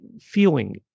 feeling